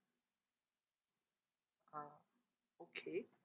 ah okay